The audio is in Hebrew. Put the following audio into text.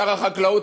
שר החקלאות,